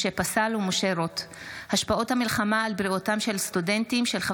משה פסל ומשה רוט בנושא: היעדר פיקוח מחירים של מזון הנמכר בבתי חולים,